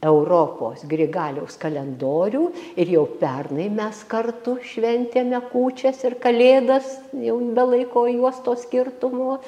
europos grigaliaus kalendorių ir jau pernai mes kartu šventėme kūčias ir kalėdas jau be laiko juostos skirtumo